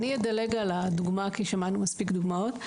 אני אדלג על הדוגמה כי שמענו מספיק דוגמאות.